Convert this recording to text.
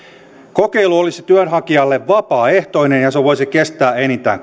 kokeilu olisi työnhakijalle vapaaehtoinen ja se voisi kestää enintään